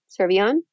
Servion